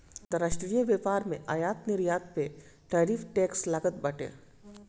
अंतरराष्ट्रीय व्यापार में आयात निर्यात पअ टैरिफ टैक्स लागत बाटे